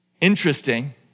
Interesting